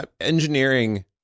engineering